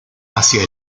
hacia